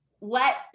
Let